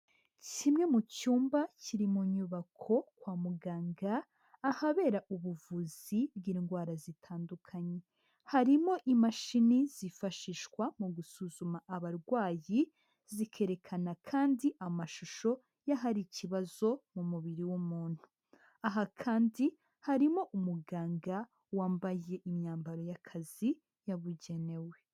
Kimwe mu cyumba kiri mu nyubako kwa muganga, ahabera ubuvuzi bw'indwara zitandukanye, harimo imashini zifashishwa mu gusuzuma abarwayi, zikerekana kandi amashusho y'ahari ikibazo mu mubiri w'umuntu, aha kandi harimo umuganga wambaye imyambaro y'akazi yabugenewe.